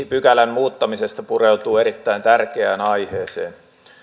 pykälän muuttamisesta pureutuu erittäin tärkeään aiheeseen